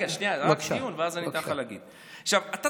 תכף אני אתייחס.